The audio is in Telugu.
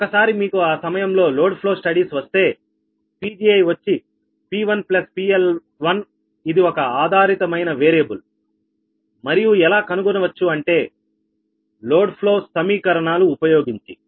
ఒక్కసారి మీకు ఆ సమయంలో లోడ్ ఫ్లో స్టడీస్ వస్తే Pgi వచ్చి P1 PL1 ఇది ఒక ఆధారితమైన వేరియబుల్ మరియు ఎలా కనుగొనవచ్చు అంటే లోడ్ ఫ్లో సమీకరణాలు ఉపయోగించి